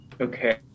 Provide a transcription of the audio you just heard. okay